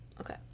Okay